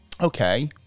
Okay